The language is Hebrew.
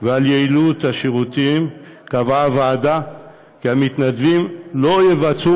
וגם על יעילות השירותים קבעה הוועדה כי המתנדבים לא יבצעו